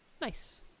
Nice